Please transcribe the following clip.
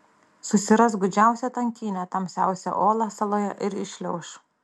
susiras gūdžiausią tankynę tamsiausią olą saloje ir įšliauš